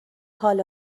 حال